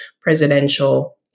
presidential